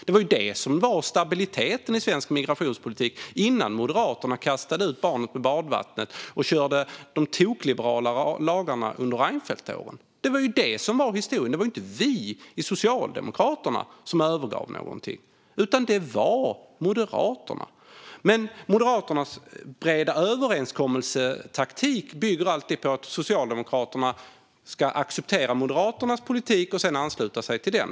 Det var ju detta som var stabiliteten i svensk migrationspolitik innan Moderaterna kastade ut barnet med badvattnet och körde de tokliberala lagarna under Reinfeldtåren. Det var ju detta som var historien. Det var ju inte Socialdemokraterna som övergav någonting, utan det var Moderaterna. Moderaternas taktik med breda överenskommelser bygger alltid på att Socialdemokraterna ska acceptera Moderaternas politik och sedan ansluta sig till den.